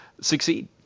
succeed